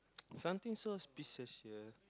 something so special here